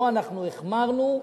פה אנחנו החמרנו,